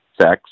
sex